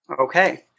Okay